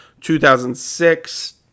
2006